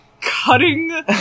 cutting